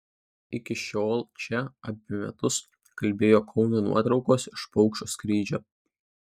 iki šiol čia apie metus kabėjo kauno nuotraukos iš paukščio skrydžio